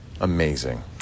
Amazing